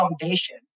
foundation